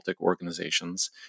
organizations